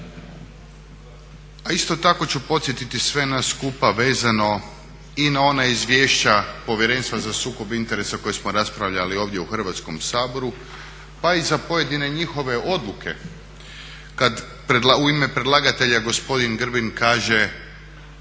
A isto tako ću podsjetiti sve nas skupa vezano i na ona izvješća Povjerenstva za sukob interes koja smo raspravljali ovdje u Hrvatskom saboru, pa i za pojedine njihove odluke kad u ime predlagatelja gospodin Grbin kaže